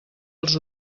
els